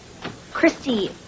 Christy